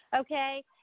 Okay